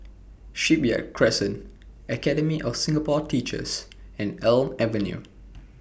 Shipyard Crescent Academy of Singapore Teachers and Elm Avenue